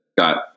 got